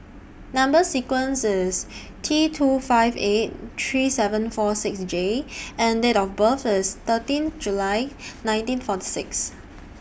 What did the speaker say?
Number sequence IS T two five eight three seven four six J and Date of birth IS thirteen July nineteen forty six